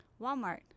Walmart